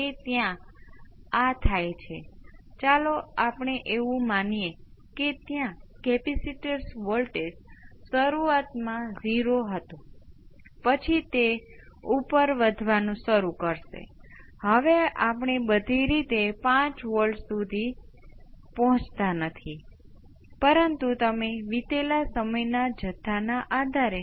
તેથી આ જટિલ એક્સપોનેનશીયલ કાં તો આ રેખીય પ્રણાલીઓના વેક્ટર છે હું વેક્ટર કરી શકું છું જે હું ટૂંકમાં સમજાવું છું તેનો અર્થ એ છે કે જો તમે ક્યાંક વેક્ટરને રૂપાંતરિત કરો છો તો ચાલો કહીએ કે મેટ્રિક્સનો ઉપયોગ કરીને તમને બીજું વેક્ટર મળશે